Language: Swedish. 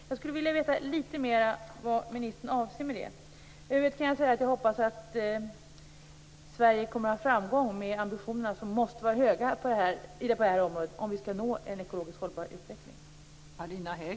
Jag skulle vilja veta lite mer vad ministern avser med det. Jag hoppas att Sverige kommer att ha framgång med ambitionerna som måste vara höga på detta område om vi skall nå en ekologiskt hållbar utveckling.